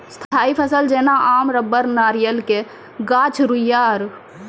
स्थायी फसल जेना आम रबड़ नारियल के गाछ रुइया आरु